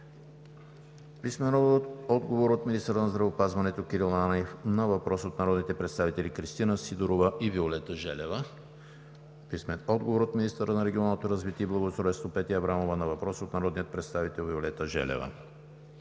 Данчев; - министъра на здравеопазването Кирил Ананиев на въпрос от народните представители Кристина Сидорова и Виолета Желева; - министъра на регионалното развитие и благоустройството Петя Аврамова на въпрос от народния представител Виолета Желева;